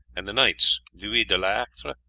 and the knights louis de lactre,